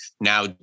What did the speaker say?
now